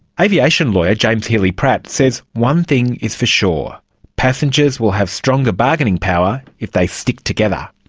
aviation lawyer james healy-pratt says one thing is for sure passengers will have stronger bargaining power if they stick together.